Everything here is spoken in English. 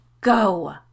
Go